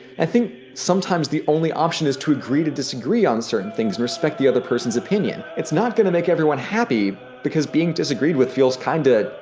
i think sometimes the only option is to agree to disagree on certain things and respect the other person's opinion. it's not going to make everyone happy, because being disagreed with feels kinda ughh,